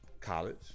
college